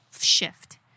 shift